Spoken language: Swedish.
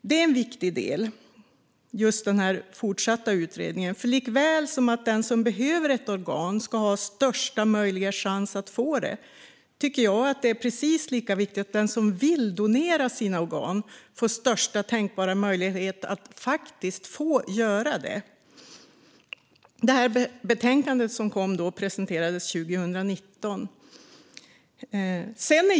Detta är en viktig del, för likaväl som att den som behöver ett organ ska ha största möjliga chans att få det ska den som vill donera sina organ få största tänkbara möjlighet att faktiskt göra det. Betänkandet presenterades 2019.